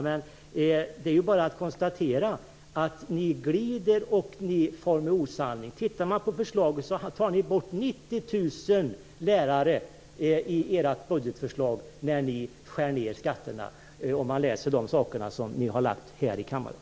Men det är bara att konstatera att ni glider och far med osanning. Tittar man på ert budgetförslag ser man att ni tar bort 90 000 lärare när ni skär ned skatterna. Det finner man om man läser de saker som ni har lagt fram här i kammaren.